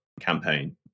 campaign